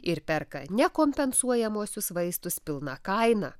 ir perka nekompensuojamuosius vaistus pilna kaina